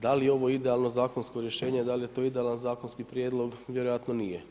Da li je ovo idealno zakonsko rješenje, da li je to idealan zakonski prijedloga, vjerojatno nije.